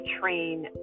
train